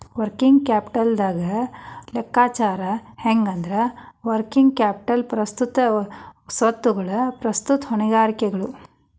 working ಕ್ಯಾಪಿಟಲ್ದ್ ಲೆಕ್ಕಾಚಾರ ಹೆಂಗಂದ್ರ, ವರ್ಕಿಂಗ್ ಕ್ಯಾಪಿಟಲ್ ಪ್ರಸ್ತುತ ಸ್ವತ್ತುಗಳು ಪ್ರಸ್ತುತ ಹೊಣೆಗಾರಿಕೆಗಳು